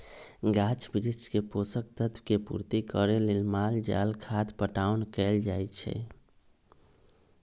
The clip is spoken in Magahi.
गाछ वृक्ष के पोषक तत्व के पूर्ति करे लेल माल जाल खाद पटाओन कएल जाए छै